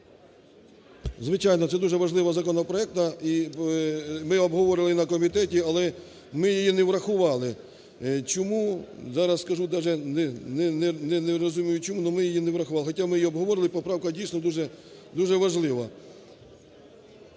Звичайно, це дуже важливий законопроект. І ми обговорювали і на комітеті, але ми її не врахували. Чому? Зараз скажу. Даже не розумію, чому, але ми її не врахували. Хоча ми її обговорювали, поправка, дійсно, дуже важлива.